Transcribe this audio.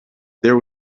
there